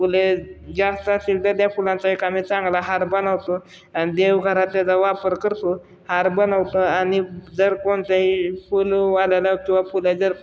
फुले जास्त असतील तर त्या फुलांचा एक आम्ही चांगला हार बनवतो आणि देवघरात त्याचा वापर करतो हार बनवतो आणि जर कोणत्याही फुलवाल्याला किंवा फुले जर